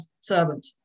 servant